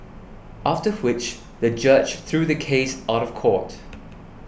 after which the judge threw the case out of court